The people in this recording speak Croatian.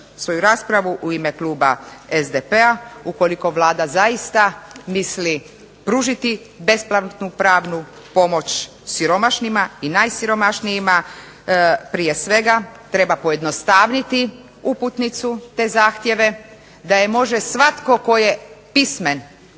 svoju raspravu u ime kluba SDP-a ukoliko Vlada zaista misli pružiti besplatnu pravnu pomoć siromašnima i najsiromašnijima, prije svega treba pojednostaviti uputnicu te zahtjeve da je može svatko tko je pismen,